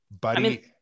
buddy